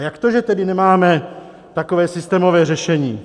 A jak to, že tedy nemáme takové systémové řešení?